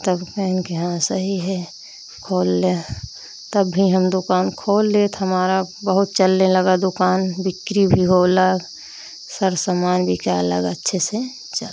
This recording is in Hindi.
तब कहें कि हाँ सही है खोल ले तब भी हम दुकान खोल लिए तो हमारी बहुत चलने लगी दुकान बिक्री भी होला सर सामान बिक्या लगा अच्छे से चलो